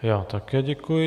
Já také děkuji.